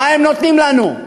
מה הם נותנים לנו?